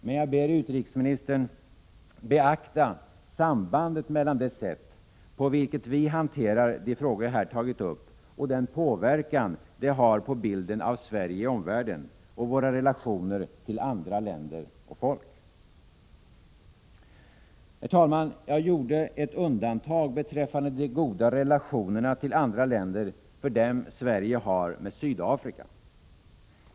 Men jag ber utrikesministern beakta sambandet mellan det sätt på vilket vi hanterar de frågor jag har tagit upp och den påverkan det har på bilden av Sverige i omvärlden och våra relationer till andra länder och folk. Herr talman! Jag gjorde ett undantag beträffande de goda relationerna till andra länder för dem Sverige har med Sydafrika.